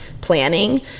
planning